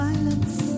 Silence